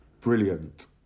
brilliant